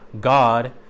God